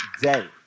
day